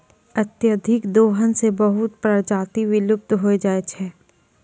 अत्यधिक दोहन सें बहुत प्रजाति विलुप्त होय जाय छै